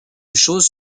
choses